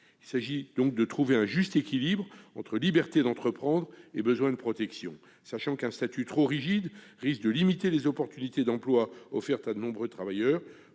Il s'agit de trouver un juste équilibre entre la liberté d'entreprendre et le besoin de protection, étant entendu qu'un statut trop rigide risquerait de limiter les opportunités d'emploi offertes à de nombreux travailleurs.